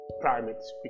primates